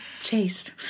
Chased